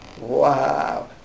Wow